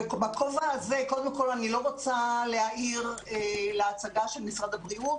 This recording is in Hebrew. בכובע הזה קודם כול אני לא רוצה להעיר להצגה של משרד הבריאות,